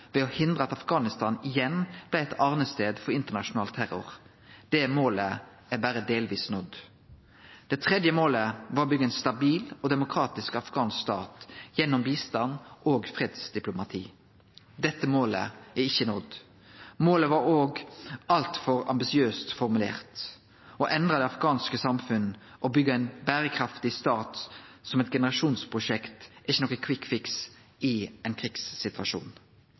ved å hindre at Afghanistan igjen blei ein årestad for internasjonal terror. Det målet er berre delvis nådd. Det tredje målet var å byggje ein stabil og demokratisk afghansk stat gjennom bistand og fredsdiplomati. Dette målet er ikkje nådd. Målet var òg altfor ambisiøst formulert. Å endre det afghanske samfunnet og byggje ein berekraftig stat, som eit generasjonsprosjekt, er ikkje noko «quick-fix» i ein krigssituasjon.